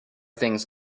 things